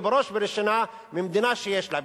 ובראש ובראשונה המדינה שיש לה,